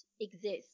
exist